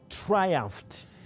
triumphed